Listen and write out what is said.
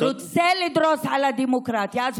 רוצה לדרוס את הדמוקרטיה.